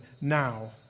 now